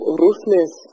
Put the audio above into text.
ruthless